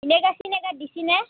vinegar চিনেগাৰ দিছিনে